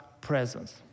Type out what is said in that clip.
presence